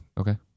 Okay